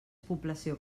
població